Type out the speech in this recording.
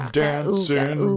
dancing